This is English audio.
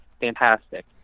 fantastic